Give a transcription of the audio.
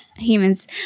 Humans